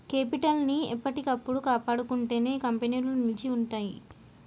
capital ని ఎప్పటికప్పుడు కాపాడుకుంటేనే కంపెనీలు నిలిచి ఉంటయ్యి